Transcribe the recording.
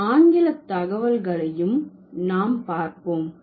சில ஆங்கில தகவல்களையும் நாம் பார்ப்போம்